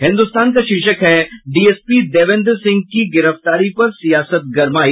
हिन्दुस्तान का शीर्षक है डीएसपी देविंदर सिंह की गिरफ्तारी पर सियासत गरमाई